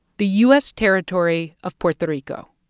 the u s. territory of puerto rico.